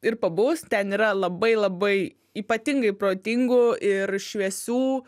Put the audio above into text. ir pabuvus ten yra labai labai ypatingai protingų ir šviesių